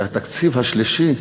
שהתקציב השלישי,